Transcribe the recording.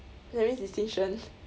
that means distinction